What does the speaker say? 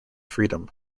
freedom